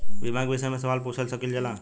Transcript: बीमा के विषय मे सवाल पूछ सकीलाजा?